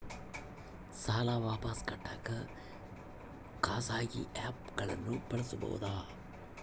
ಸಾಲ ವಾಪಸ್ ಕಟ್ಟಕ ಖಾಸಗಿ ಆ್ಯಪ್ ಗಳನ್ನ ಬಳಸಬಹದಾ?